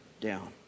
down